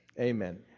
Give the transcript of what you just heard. Amen